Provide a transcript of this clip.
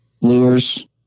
lures